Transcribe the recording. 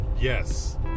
Yes